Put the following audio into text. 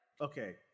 okay